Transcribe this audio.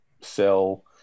sell